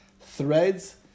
threads